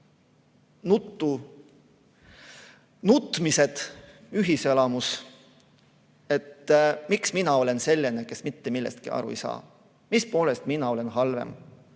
pikad nutmised ühiselamus, et miks mina olen selline, kes mitte millestki aru ei saa. Mis poolest mina olen halvem?